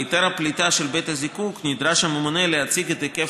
בהיתר הפליטה של בית הזיקוק נדרש הממונה להציג את היקף